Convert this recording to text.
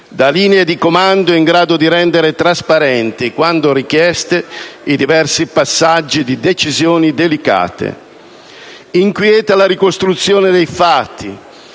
da linee di comando in grado di rendere trasparenti, quando richiesti, i diversi passaggi di decisioni delicate. Inquieta la ricostruzione dei fatti.